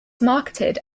marketed